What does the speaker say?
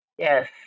Yes